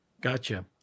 Gotcha